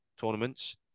tournaments